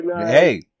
Hey